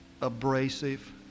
abrasive